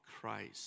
Christ